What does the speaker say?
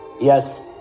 Yes